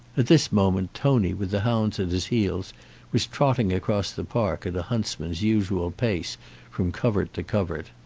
at this moment tony with the hounds at his heels was trotting across the park at a huntsman's usual pace from covert to covert.